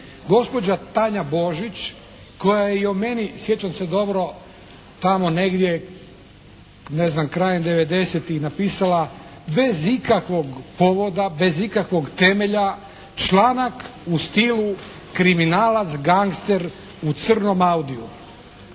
Gospođa Tanja Božić koja je i o meni sjećam se dobro tamo negdje ne znam krajem 90-tih napisala bez ikakvog povoda, bez ikakvog temelja članak u stilu kriminalac, gangster u crnom Audiu.